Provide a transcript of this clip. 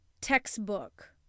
textbook